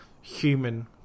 human